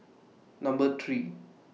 Number three